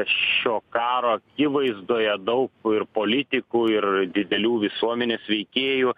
šio karo akivaizdoje daug ir politikų ir didelių visuomenės veikėjų